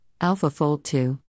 AlphaFold2